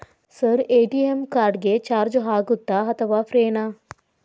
Sir ATM card ಗೆ charge ಆಗುತ್ತಾ ಅಥವಾ ಫ್ರೇ ನಾ?